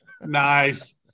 Nice